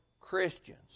Christians